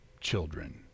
children